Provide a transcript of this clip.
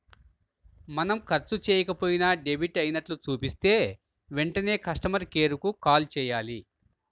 మనం ఖర్చు చెయ్యకపోయినా డెబిట్ అయినట్లు చూపిస్తే వెంటనే కస్టమర్ కేర్ కు కాల్ చేయాలి